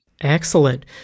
Excellent